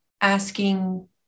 asking